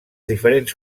diferents